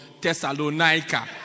Thessalonica